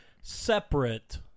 separate